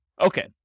Okay